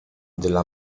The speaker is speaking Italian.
della